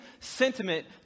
sentiment